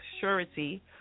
surety